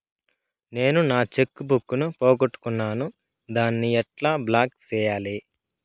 నేను నా cheque book ను పోగొట్టుకున్నాను దాన్ని ఎట్లా బ్లాక్ సేయాలి?